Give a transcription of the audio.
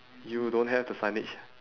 you don't have the signage